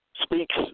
speaks